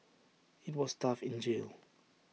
IT was tough in jail